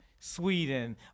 Sweden